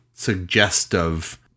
suggestive